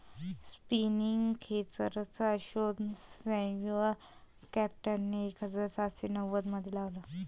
spinning खेचरचा शोध Samuel क्रॉम्प्टनने एक हजार सातशे नव्वदमध्ये लावला